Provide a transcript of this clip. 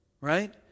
right